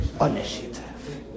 initiative